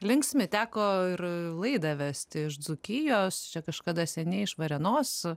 linksmi teko ir laidą vesti iš dzūkijos čia kažkada seniai iš varėnos